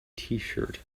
tshirt